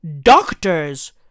doctors